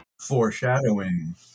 Foreshadowing